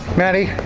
maddie,